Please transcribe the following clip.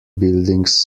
buildings